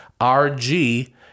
rg